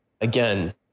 Again